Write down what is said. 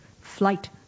flight